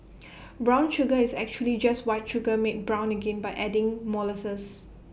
brown sugar is actually just white sugar made brown again by adding molasses